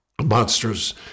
monsters